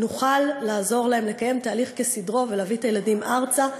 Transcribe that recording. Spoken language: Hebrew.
נוכל לעזור להם לקיים תהליך כסדרו ולהביא את הילדים ארצה.